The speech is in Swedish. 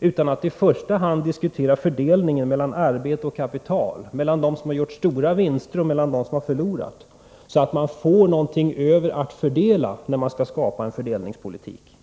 utan att i första hand diskutera fördelningen mellan arbete och kapital, mellan dem som har gjort stora vinster och dem som har förlorat, så att man får någonting över att fördela när man skall skapa en fördelningspolitik.